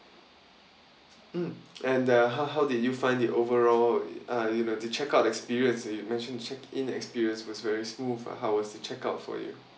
mm and uh how how did you find the overall uh you know the check-out experience you mentioned check-in experience was very smooth uh how was to check-out for you